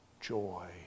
joy